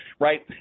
right